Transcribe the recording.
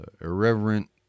Irreverent